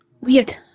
Weird